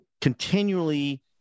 continually